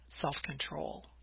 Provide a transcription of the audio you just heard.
self-control